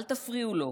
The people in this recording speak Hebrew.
אל תפריעו לו,